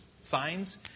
signs